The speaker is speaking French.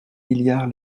milliards